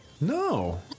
No